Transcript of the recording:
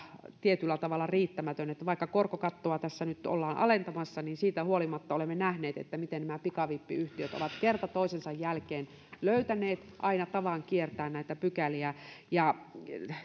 tietyllä tavalla riittämätön vaikka korkokattoa tässä nyt ollaan alentamassa siitä huolimatta olemme nähneet miten pikavippiyhtiöt ovat kerta toisensa jälkeen löytäneet aina tavan kiertää näitä pykäliä